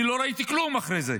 אני לא ראיתי כלום אחרי זה.